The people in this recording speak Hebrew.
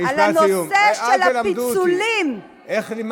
תודה רבה, אדוני היושב-ראש.